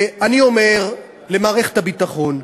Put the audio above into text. אני אומר למערכת הביטחון,